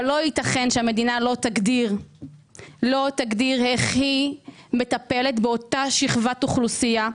אבל לא ייתכן שהמדינה לא תגדיר איך היא מטפלת באותה שכבת אוכלוסייה.